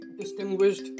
distinguished